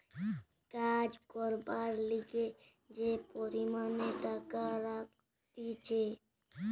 কাজ করবার লিগে যে পরিমাণে টাকা রাখতিছে